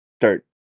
start